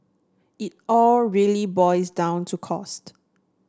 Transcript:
it all really boils down to cost